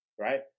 right